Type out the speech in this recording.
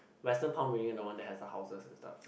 Western palm reading and the one that has the houses and stuff